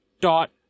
dot